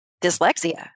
dyslexia